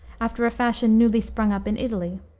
after a fashion newly sprung up in italy.